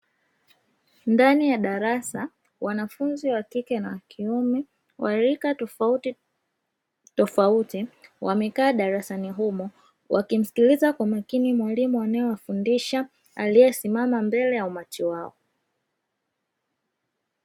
Ndani ya darasa wanafunzi wa kike na kiume wa rika tofauti tofauti wamekaa darasani humo wakimsikiliza kwa makini mwalimu wanaowafundisha aliyesimama mbele yao.